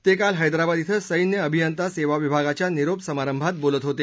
ते काल हैद्राबाद इथं सैन्य अभियंता सेवा विभागाच्या निरोप समारंभात बोलत होते